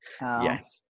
yes